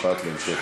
חוק ומשפט נתקבלה.